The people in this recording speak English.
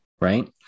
right